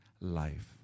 life